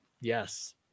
Yes